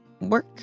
work